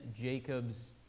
Jacob's